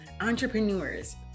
entrepreneurs